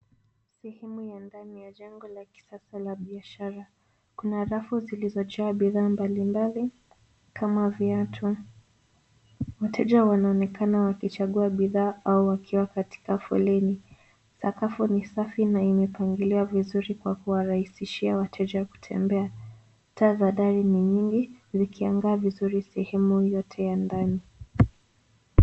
Sehemu ya ndani ya jengo la kisasa la biashara. Kuna rafu zilizojaa bidhaa mbalimbali kama viatu. Wateja wanaonekana wakichagua bidhaa au wakiwa katika foleni. Sakafu ni safi na imepangiliwa vizuri kwa kuwarahisishia wateja kutembea. Taa za dari ni nyingi zikiangaa vizuri sehemu yote ya ndani.